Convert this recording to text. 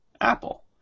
Apple